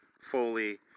fully